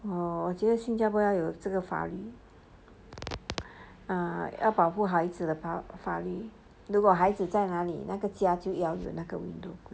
oh 我觉得新加坡要有这个法律要保护孩子的法律如果孩子在哪里那个家就要怎样的 window